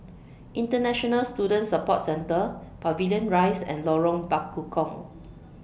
International Student Support Centre Pavilion Rise and Lorong Bekukong